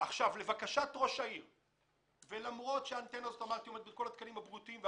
לבקשת ראש העירייה ולמרות שהאנטנה הזאת עומדת בכל התקנים הבריאותיים,